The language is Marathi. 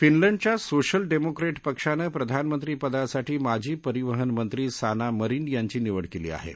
फिनलँडच्या सोशल डस्क्रिट पक्षान प्रिधानमंत्री पदासाठी माजी परिवहन मंत्री साना मरिन यांची निवड क्ली आहा